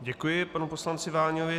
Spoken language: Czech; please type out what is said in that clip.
Děkuji panu poslanci Váňovi.